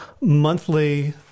monthly